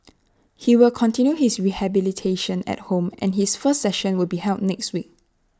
he will continue his rehabilitation at home and his first session will be held next week